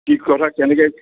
কি কথা কেনেকৈ